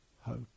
hope